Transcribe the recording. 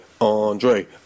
Andre